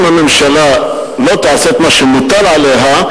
אם הממשלה לא תעשה את מה שמוטל עליה,